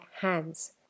hands